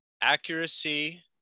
accuracy